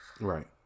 right